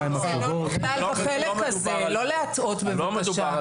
בחלק הזה לא להטעות בבקשה.